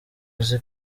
uzi